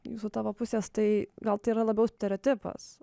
jūsų tavo pusės tai gal tai yra labiau stereotipas